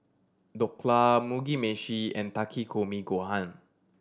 Dhokla Mugi Meshi and Takikomi Gohan